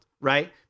right